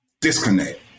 disconnect